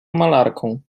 malarką